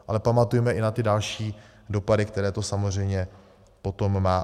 Ale pamatujme i na ty další dopady, které to samozřejmě potom má.